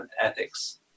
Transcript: ethics